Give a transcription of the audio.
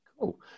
Cool